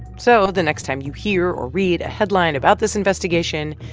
so the next time you hear or read a headline about this investigation,